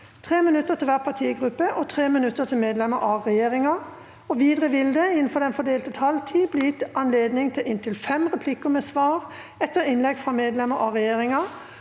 3 minutter til hver partigruppe og 3 minutter til medlemmer av regjeringa. Videre vil det – innenfor den fordelte taletid – bli gitt anledning til inntil fem replikker med svar etter innlegg fra medlemmer av regjeringa,